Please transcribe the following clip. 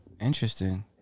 Interesting